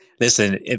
listen